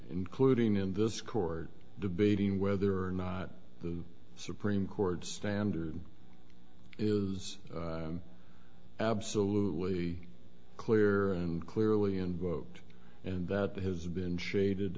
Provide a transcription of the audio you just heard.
including in this court debating whether or not the supreme court standard is absolutely clear and clearly invoked and that has been shaded